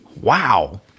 wow